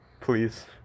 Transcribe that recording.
Please